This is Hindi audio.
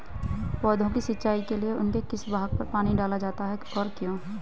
पौधों की सिंचाई के लिए उनके किस भाग पर पानी डाला जाता है और क्यों?